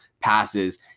passes